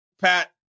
Pat